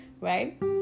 right